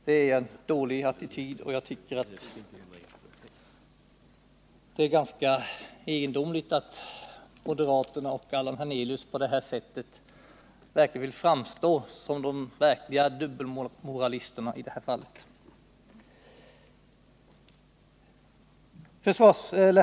Det är en dålig attityd, och det är ganska egendomligt att moderaterna och Allan Hernelius på deta sätt vill framstå som de verkliga dubbelmoralisterna i detta fall.